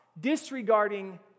disregarding